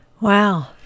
Wow